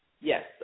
Yes